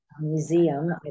museum